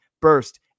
burst